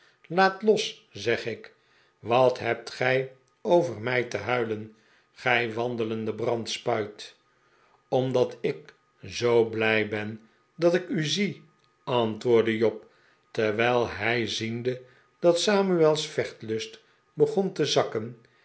laat los zeg ik wat hebt gij over mij te huilen gij wandelende brandspuit omdat ik zoo blij ben dat ik u zie antwoordde job terwijl hij ziende dat samuel's vechtlust begon te zakken